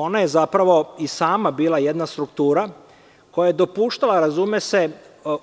Ona je zapravo i sama bila jedna struktura koja je dopuštala, razume se,